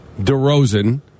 DeRozan